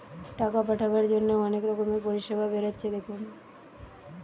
টাকা পাঠাবার জন্যে অনেক রকমের পরিষেবা বেরাচ্ছে দেখুন